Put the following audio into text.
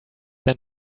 than